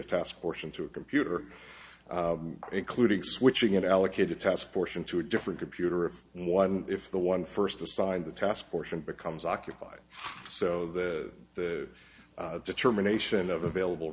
a task force into a computer including switching it allocated task force into a different computer if one if the one first assigned the task portion becomes occupied so that the determination of available